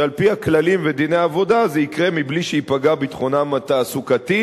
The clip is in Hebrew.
שעל-פי הכללים ודיני העבודה זה יקרה בלי שייפגעו מכך ביטחונם התעסוקתי,